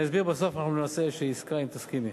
בסוף נעשה עסקה, אם תסכימי.